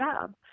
job